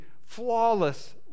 flawless